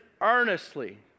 earnestly